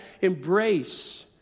embrace